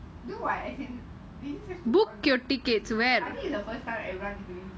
cool what you just have to on I think it's the first time for everyone